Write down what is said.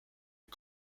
est